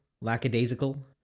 lackadaisical